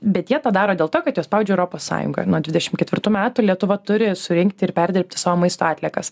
bet jie tą daro dėl to kad juos spaudžia europos sąjunga nuo dvidešimt ketvirtų metų lietuva turi surinkti ir perdirbti savo maisto atliekas